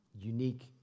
unique